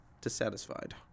dissatisfied